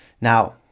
now